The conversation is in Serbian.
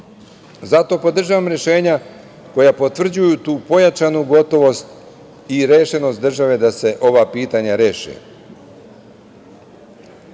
Zato podržavam rešenja koja potvrđuju tu pojačanu gotovost i rešenost države da se ova pitanja